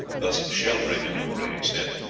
thus sheltering him to a great extent.